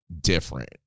different